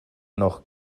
noch